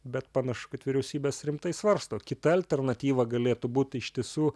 bet panašu kad vyriausybės rimtai svarsto kita alternatyva galėtų būt iš tiesų